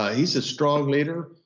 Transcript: ah he's a strong leader,